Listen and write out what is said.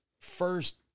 first